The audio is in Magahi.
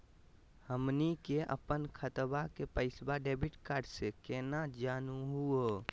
हमनी के अपन खतवा के पैसवा डेबिट कार्ड से केना जानहु हो?